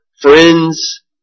friends